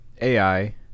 AI